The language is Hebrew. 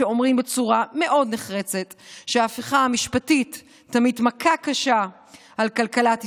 שאומרים בצורה מאוד נחרצת שההפכה המשפטית תמיט מכה קשה על כלכלת ישראל.